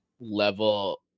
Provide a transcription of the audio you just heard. level